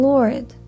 Lord